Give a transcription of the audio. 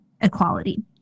equality